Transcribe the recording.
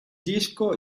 disco